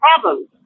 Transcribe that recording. problems